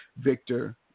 Victor